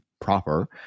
proper